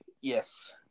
Yes